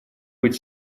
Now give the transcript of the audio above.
быть